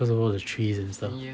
cause of all the trees and stuff